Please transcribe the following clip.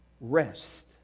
rest